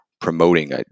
promoting